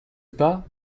pas